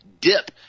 dip